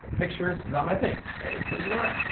ah pictures, not my thing. hey, well you know what,